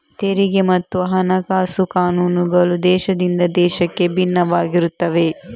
ತೆರಿಗೆ ಮತ್ತು ಹಣಕಾಸು ಕಾನೂನುಗಳು ದೇಶದಿಂದ ದೇಶಕ್ಕೆ ಭಿನ್ನವಾಗಿರುತ್ತವೆ